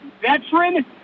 veteran